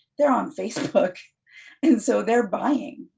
they're on facebook and so, they're buying,